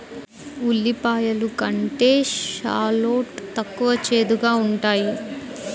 ఉల్లిపాయలు కంటే షాలోట్ తక్కువ చేదుగా ఉంటాయి